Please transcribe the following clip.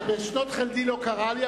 בשנות חלדי זה לא קרה לי,